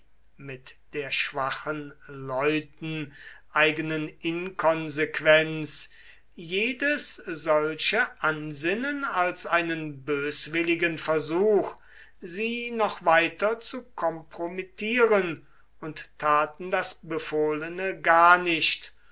mit der schwachen leuten eigenen inkonsequenz jedes solche ansinnen als einen böswilligen versuch sie noch weiter zu kompromittieren und taten das befohlene gar nicht